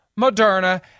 Moderna